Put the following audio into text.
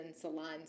salons